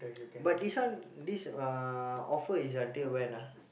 but this one this uh offer is until when ah